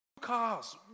cars